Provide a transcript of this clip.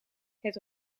het